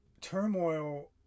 Turmoil